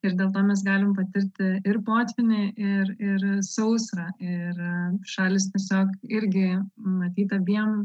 ir dėl to mes galim patirti ir potvynį ir ir sausrą ir šalys tiesiog irgi matyt abiem